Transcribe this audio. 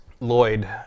Lloyd